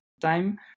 time